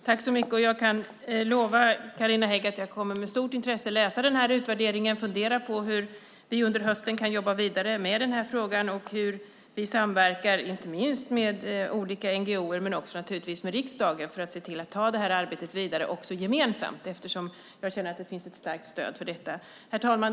Herr talman! Jag kan lova Carina Hägg att jag med stort intresse kommer att läsa utvärderingen och fundera på hur vi under hösten kan jobba vidare med den här frågan. Det är viktigt att vi samverkar inte minst med olika NGO:er men naturligtvis också med riksdagen för att se till att ta det här arbetet vidare, också gemensamt, eftersom jag känner att det finns ett starkt stöd för detta. Herr talman!